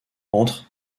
entre